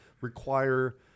require